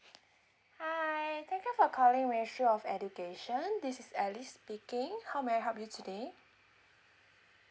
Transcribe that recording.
hi thank you for calling ministry of education this is alice speaking how may I help you today